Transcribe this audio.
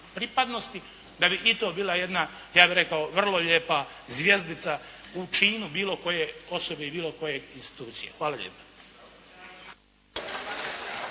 pripadnosti da bi i to bila jedna ja bih rekao vrlo lijepa zvjezdica u činu bilo koje osobe i bilo koje institucije. Hvala lijepa.